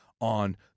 on